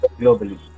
globally